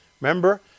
Remember